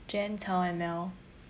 jen and mel